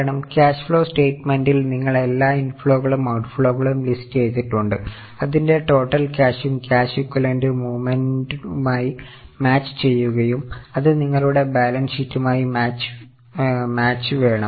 കാരണം cash flow സ്റ്റയ്ട്ട്മെന്റിൽ ചെയ്യുകയും അത് നിങ്ങളുടെ ബാലൻസ് ഷീറ്റുമായും മാച്ച് വേണം